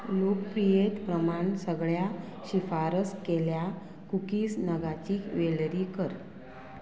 लोकप्रिये प्रमाण सगळ्या शिफारस केल्या कुकीज नगांची वेलरी कर